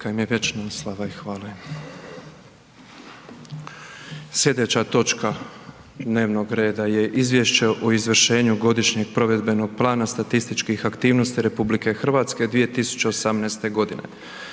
Slijedeća točka dnevnog reda je :- Izvješće o izvršenju godišnjeg provedbenog plana statističkih aktivnosti Republike Hrvatske 2018. godine